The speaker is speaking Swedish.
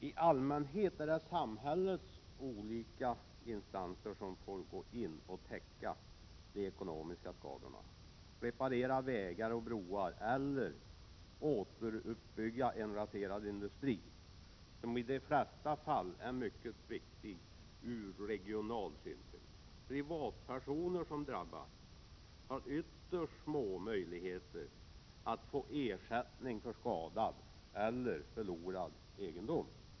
I allmänhet är det samhällets olika instanser som får gå in och täcka de ekonomiska skadorna, reparera vägar och broar eller återuppbygga en raserad industri, som i de flesta fall är mycket viktig ur regional synpunkt. Privatpersoner som drabbas har ytterst små möjligheter att få ersättning för skadad eller förlorad egendom.